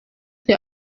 the